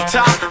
top